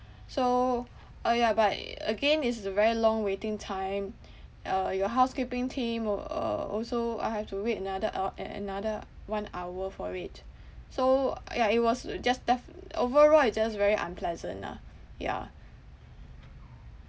so uh ya but again it is a very long waiting time uh your housekeeping team were uh also I have to wait another uh a~ another one hour for it so ya it was just def~ overall it just very unpleasant ah yeah